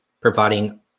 providing